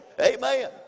amen